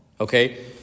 Okay